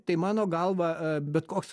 tai mano galva bet koks